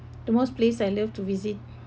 the most place I love to visit